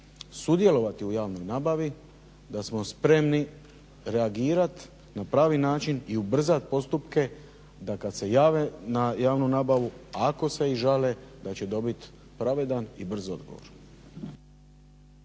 sudjelovati u javnoj nabavi da smo spremni reagirati na pravi način i ubrzati postupke da kad se jave na javnu nabavu ako se i žale da će dobiti pravedan i brz odgovor.